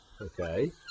Okay